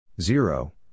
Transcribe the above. zero